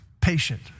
patient